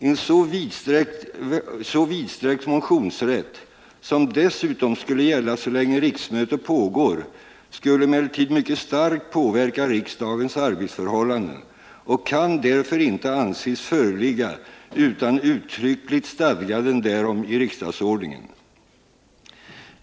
En så vidsträckt motionsrätt, som dessutom skulle gälla så länge riksmöte pågår, skulle emellertid mycket starkt påverka riksdagens arbetsförhållanden och kan därför inte anses föreligga utan uttryckligt stadgande därom i riksdagsordningen.